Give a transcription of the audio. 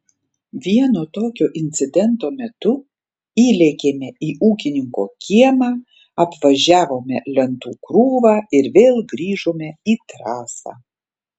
vieno tokio incidento metu įlėkėme į ūkininko kiemą apvažiavome lentų krūvą ir vėl grįžome į trasą